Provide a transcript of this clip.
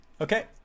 okay